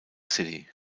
city